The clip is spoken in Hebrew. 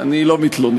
אני לא מתלונן.